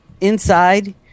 Inside